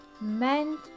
meant